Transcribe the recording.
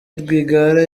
rwigara